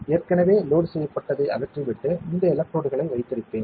ஏற்கனவே லோட் செய்யப்பட்டதை அகற்றிவிட்டு இந்த எலக்ட்ரோடுகளை வைத்திருப்பேன்